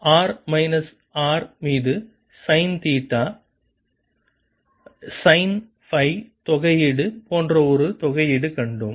KKsinθKsinθsinϕ xKsinθcosϕ R minus R மீது sine theta sine psi தொகையிடு போன்ற ஒரு தொகையிடு கண்டோம்